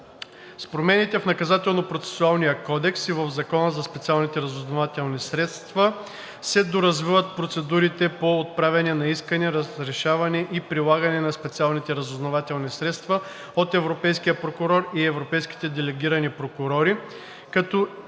кодекс и в Закона за специалните разузнавателни средства се доразвиват процедурите по отправяне на искане, разрешаване и прилагане на специалните разузнавателни средства от европейския прокурор и европейските делегирани прокурори, както и